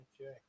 Okay